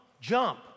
jump